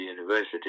university